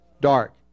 dark